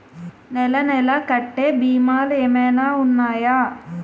నెల నెల కట్టే భీమాలు ఏమైనా ఉన్నాయా?